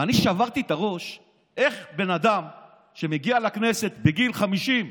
ואני שברתי את הראש איך בן אדם שמגיע לכנסת בגיל 50,